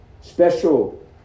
Special